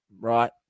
Right